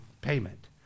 payment